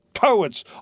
poets